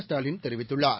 ஸ்டாலின் தெரிவித்துள்ளார்